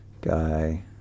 guy